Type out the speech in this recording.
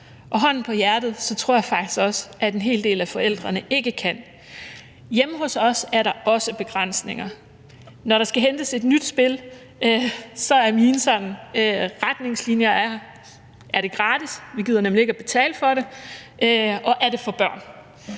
og hånden på hjertet tror jeg faktisk også, at en hel del af forældrene ikke kan. Hjemme hos os er der også begrænsninger. Når der skal hentes et nyt spil, er mine sådan retningslinjer: Er det gratis? Vi gider nemlig ikke at betale for det. Og er det for børn?